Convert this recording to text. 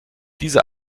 diese